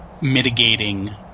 mitigating